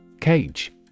Cage